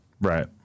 Right